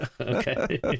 okay